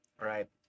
Right